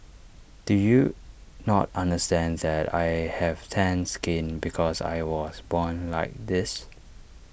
do you not understand that I have tanned skin because I was born like this